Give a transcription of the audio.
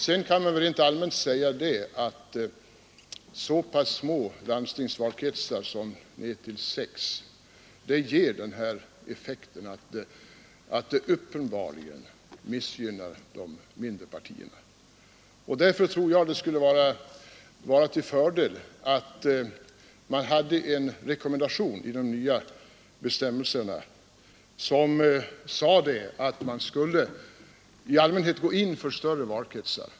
Sedan kan jag rent allmänt säga att så små landstingsvalkretsar som ner till sex mandat ger den effekten att de uppenbarligen missgynnar de mindre partierna. Därför tror jag att det i de nya bestämmelserna skulle vara till fördel med en rekommendation om att i allmänhet gå in för större valkretsar.